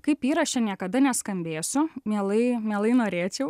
kaip įraše niekada neskambėsiu mielai mielai norėčiau